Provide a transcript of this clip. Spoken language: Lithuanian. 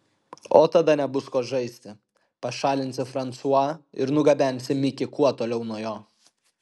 o tada nebus ko žaisti pašalinsi fransua ir nugabensi mikį kuo toliau nuo jo